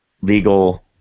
legal